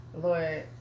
Lord